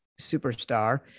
superstar